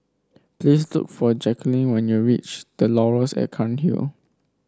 please look for Jacquelyn when you reach The Laurels at Cairnhill